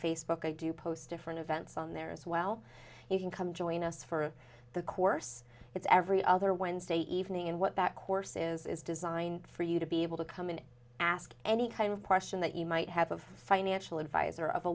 facebook i do post different events on there as well you can come join us for the course it's every other wednesday evening and what that course is is designed for you to be able to come in and ask any kind of question that you might have a financial advisor of a